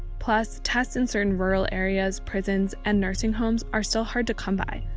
plus, tests in certain rural areas, prisons, and nursing homes are still hard to come by.